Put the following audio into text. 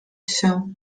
się